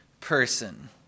person